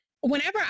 whenever